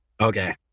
Okay